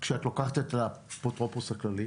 כשאת לוקחת את האפוטרופוס הכללי